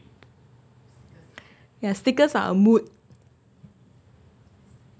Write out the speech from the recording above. ya stickers are a mood